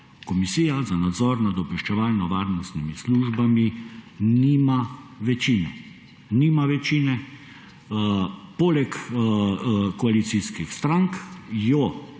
Komisija za nadzor nad obveščevalno-varnostnimi službami nima večine. Nima večine. Poleg koalicijskih strank jo